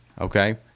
Okay